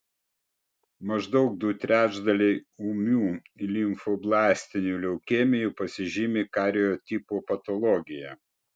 maždaug du trečdaliai ūmių limfoblastinių leukemijų pasižymi kariotipo patologija